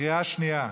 בקריאה שנייה.